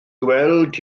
gweld